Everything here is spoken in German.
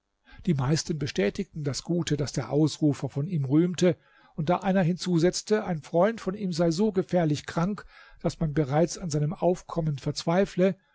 die meisten bestätigten das gute das der ausrufer von ihm rühmte und da einer hinzusetzte ein freund von ihm sei so gefährlich krank daß man bereits an seinem aufkommen verzweifle